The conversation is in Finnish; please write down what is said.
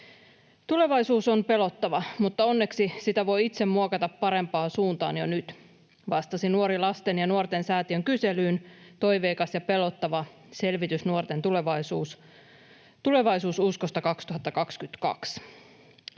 ”Tulevaisuus on pelottava, mutta onneksi sitä voi itse muokata parempaan suuntaan jo nyt”, vastasi nuori Lasten ja nuorten säätiön kyselyyn ”Toiveikas ja pelottava” — selvitys nuorten tulevaisuususkosta